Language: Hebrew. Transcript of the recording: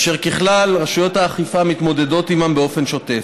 אשר כלל רשויות האכיפה מתמודדות עימה באפן שוטף.